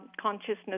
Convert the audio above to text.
consciousness